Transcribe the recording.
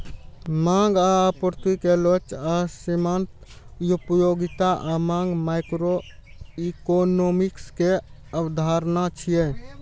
मांग आ आपूर्ति के लोच आ सीमांत उपयोगिता आ मांग माइक्रोइकोनोमिक्स के अवधारणा छियै